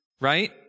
right